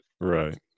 right